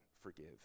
forgive